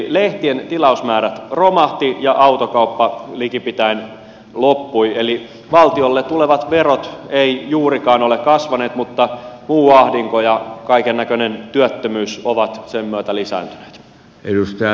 lehtien tilausmäärät romahtivat ja autokauppa likipitäen loppui eli valtiolle tulevat verot eivät juurikaan ole kasvaneet mutta muu ahdinko ja kaikennäköinen työttömyys ovat sen myötä lisääntyneet